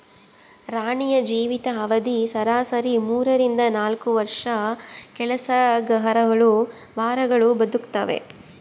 ರಾಣಿಯ ಜೀವಿತ ಅವಧಿ ಸರಾಸರಿ ಮೂರರಿಂದ ನಾಲ್ಕು ವರ್ಷ ಕೆಲಸಗರಹುಳು ವಾರಗಳು ಬದುಕ್ತಾವೆ